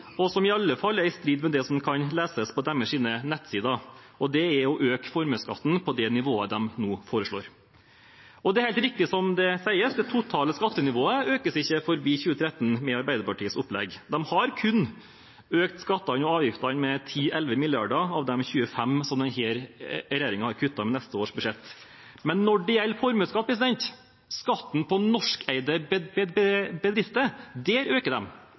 og som i alle fall er i strid med det som kan leses på deres nettsider, og det er å øke formuesskatten på det nivået de nå foreslår. Det er helt riktig som det sies, at det totale skattenivået ikke økes forbi 2013 med Arbeiderpartiets opplegg. De har kun økt skattene og avgiftene med 10–11 av de 25 mrd. kr som denne regjeringen har kuttet med neste års budsjett. Men når det gjelder formuesskatt, skatten på norskeide bedrifter, der øker